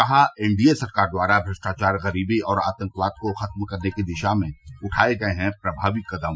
कहा एनडीए सरकार द्वारा भ्रष्टाचार गरीबी और आतंकवाद को खत्म करने की दिशा में उठाये गये हैं प्रभावी कदम